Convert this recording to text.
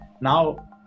Now